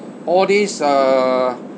all these uh